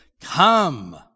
Come